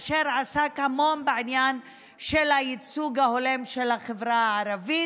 אשר עסק המון בעניין של הייצוג ההולם של החברה הערבית.